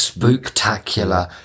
Spooktacular